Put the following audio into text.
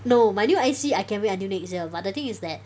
no my new I_C I can wait until next year but the thing is that